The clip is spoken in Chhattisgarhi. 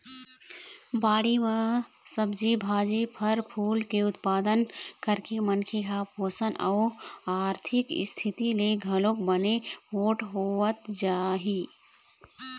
बाड़ी म सब्जी भाजी, फर फूल के उत्पादन करके मनखे ह पोसन अउ आरथिक इस्थिति ले घलोक बने पोठ होवत जाही